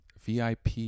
VIP